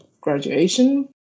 graduation